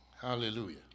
Hallelujah